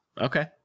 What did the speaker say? Okay